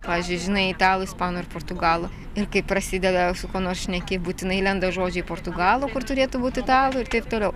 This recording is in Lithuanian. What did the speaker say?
pavyzdžiui žinai italų ispanų ir portugalų ir kai prasideda su kuo nors šneki būtinai lenda žodžiai portugalų kur turėtų būt italų ir taip toliau